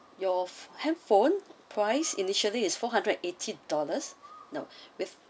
your handphone price initially is four hundred eighty dollars no with